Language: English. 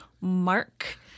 Mark